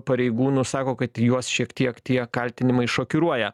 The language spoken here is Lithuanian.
pareigūnų sako kad juos šiek tiek tie kaltinimai šokiruoja